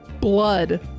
blood